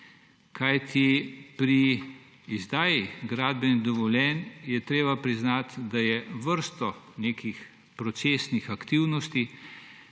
Kajti pri izdaji gradbenih dovoljenj je treba priznati, da je vrsto nekih procesnih aktivnosti,